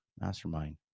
mastermind